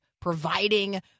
providing